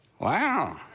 Wow